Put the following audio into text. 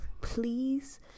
please